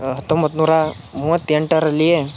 ಹತ್ತೊಂಬತ್ತು ನೂರಾ ಮೂವತ್ತೆಂಟರಲ್ಲಿಯೇ